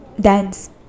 dance